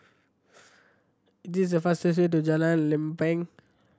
this is the fastest way to Jalan Lempeng